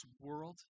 world